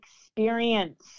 experience